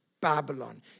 Babylon